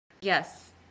Yes